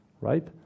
Right